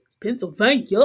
pennsylvania